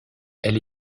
elle